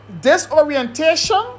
disorientation